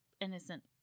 innocent